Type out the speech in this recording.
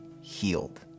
healed